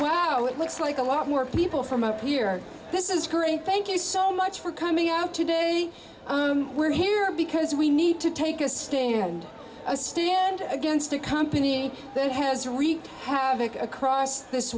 wow it looks like a lot more people from up here this is curry thank you so much for coming out today we're here because we need to take a stand a stand against a company that has wreaked havoc across this